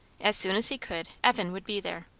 as soon as he could, evan would be there.